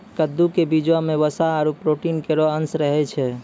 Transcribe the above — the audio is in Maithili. कद्दू क बीजो म वसा आरु प्रोटीन केरो अंश रहै छै